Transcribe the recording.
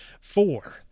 four